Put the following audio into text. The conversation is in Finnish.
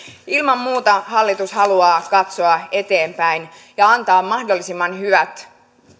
ilman muuta hallitus haluaa katsoa eteenpäin ja antaa mahdollisimman hyvät